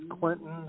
Clinton